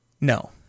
No